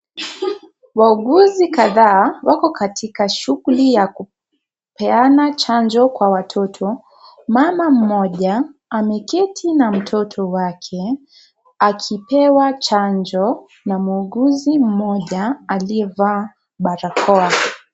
Wauguzi kadhaa wako katika shughuli ya kupeana chanjo kwa watoto. Mama mmoja ameketi na mtoto wake akipewa chanjo na muuguzi mmoja aliyevaa barakoa.